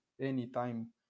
anytime